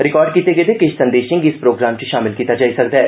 record कीते गेदे किष संदेषें गी इस प्रोग्राम च षामिल कीता जाई सकदा ऐ